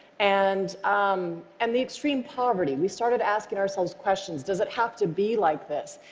and um and the extreme poverty. we started asking ourselves questions. does it have to be like this?